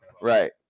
Right